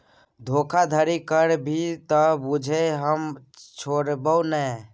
धोखाधड़ी करभी त बुझिये हम छोड़बौ नै